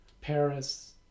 Paris